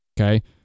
okay